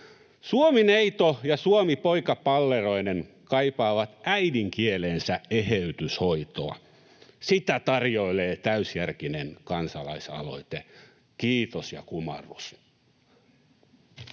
Suomineito ja suomipoika palleroinen kaipaavat äidinkieleensä eheytyshoitoa. Sitä tarjoilee täysjärkinen kansalaisaloite. Kiitos ja kumarrus.